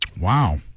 Wow